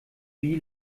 wie